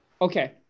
Okay